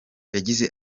yagize